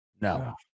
No